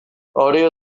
audio